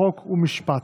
חוק ומשפט.